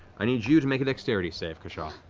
i need you to make a dexterity save, kashaw.